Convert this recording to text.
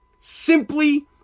Simply